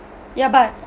yeah but